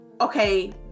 Okay